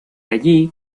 allí